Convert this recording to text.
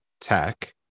tech